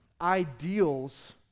ideals